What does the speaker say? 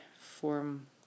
form